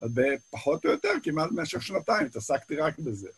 פחות או יותר כמעט במשך שנתיים התעסקתי רק בזה.